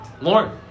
Lauren